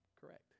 correct